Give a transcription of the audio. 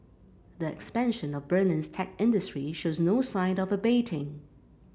the expansion of Berlin's tech industry shows no sign of abating